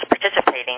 participating